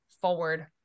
forward